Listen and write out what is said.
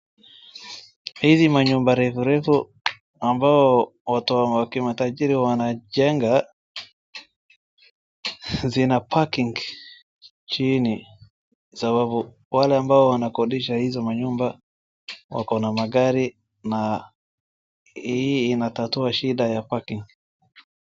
Hizi manyumba refurefu ambao watu wa kimatajiri wanajenga, zina parking chini. Sababu wale ambao wanikodisha hizo manyumba wako na magari na hii inatatua shida ya parking .